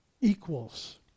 equals